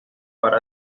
para